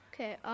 Okay